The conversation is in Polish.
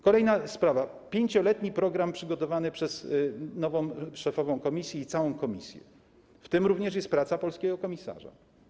Kolejna sprawa, 5-letni program przygotowany przez nową szefową Komisji i całą Komisję, w tym również praca polskiego komisarza.